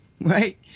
Right